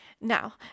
Now